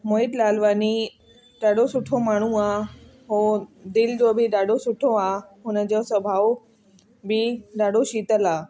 मोहित लालवानी ॾाढो सुठो माण्हू आहे हो दिलि जो बि ॾाढो सुठो आहे हुनजो स्वभावु बि ॾढो शीतल आहे